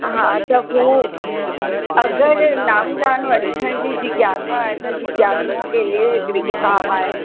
हा त पोइ अगरि नामदान वठण जी जिज्ञासा आहे त जिज्ञासुओं के लिए हिकिड़ी किताब आहे